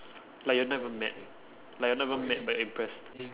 like you're not even mad like you're not even mad but impressed